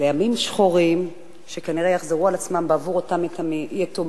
לימים שחורים שכנראה יחזרו על עצמם עבור אותם יתומים,